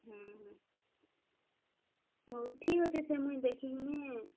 ହୁଁ ହୁଁ ହଉ ଠିକ ଅଛି ସେ ମୁଇଁ ଦେଖିକିନି